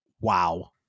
Wow